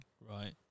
right